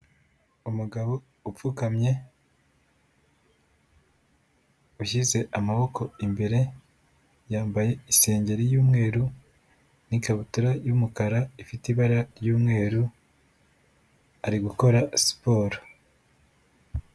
Umugabo upfukamye, ushyize amaboko imbere, yambaye isengeri y'umweru n'ikabutura y'umukara ifite ibara ry'umweru, ari gukora siporo.